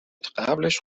قبلش